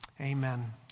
Amen